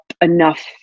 enough